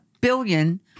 billion-